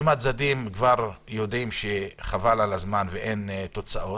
אם הצדדים יודעים שחבל על הזמן ואין תוצאות,